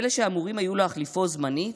אלה שהיו אמורים להחליפו זמנית,